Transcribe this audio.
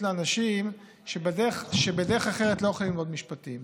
לאנשים שבדרך אחרת לא יכולים ללמוד משפטים.